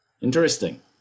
Interesting